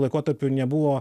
laikotarpiu nebuvo